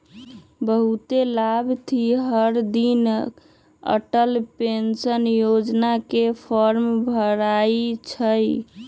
बहुते लाभार्थी हरदिन अटल पेंशन योजना के फॉर्म भरई छई